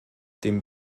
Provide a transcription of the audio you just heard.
dem